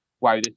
Wow